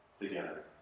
together